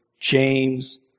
James